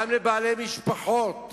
גם לבעלי משפחות.